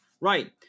right